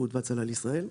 כבאות והצלה בישראל.